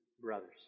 brothers